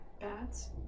bats